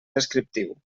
descriptiu